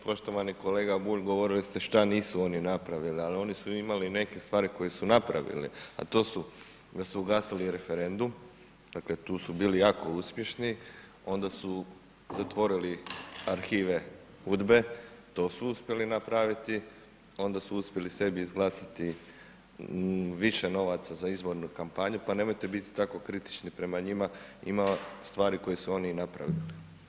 Poštovani kolega Bulj govorili ste šta nisu oni napravili, al oni su imali neke stvari koje su napravili, a to su da su ugasili referendum, dakle, tu su bili jako uspješni, onda su zatvorili arhive Udbe, to su uspjeli napraviti, onda su uspjeli sebi izglasati više novaca za izbornu kampanju, pa nemojte biti tako kritični prema njima, ima stvari koje su oni i napravili.